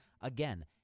Again